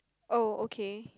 oh okay